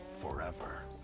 Forever